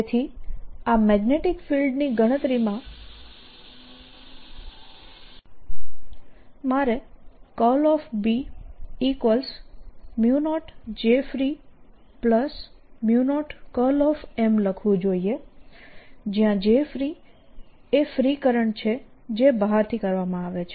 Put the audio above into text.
તેથી આ મેગ્નેટીક ફિલ્ડની ગણતરીમાં મારે B0 jfree0M લખવું જોઈએ જ્યાં jfree એ ફ્રી કરંટ છે જે બહારથી કરવામાં આવે છે